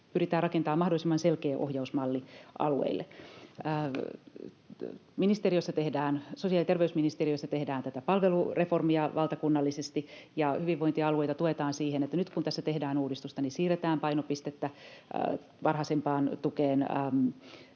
pyritään rakentamaan mahdollisimman selkeä ohjausmalli alueille. Sosiaali- ja terveysministeriössä tehdään tätä palvelureformia valtakunnallisesti, ja hyvinvointialueita tuetaan siihen. Eli nyt kun tässä tehdään uudistusta, niin siirretään painopistettä varhaisempaan tukeen,